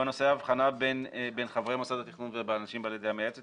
והוא נושא ההבחנה בין חברי מוסד התכנון והאנשים בוועדה המייעצת